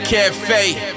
Cafe